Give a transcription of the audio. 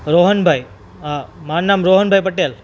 રોહનભાઈ હા મારું નામ રોહનભાઈ પટેલ